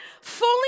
fully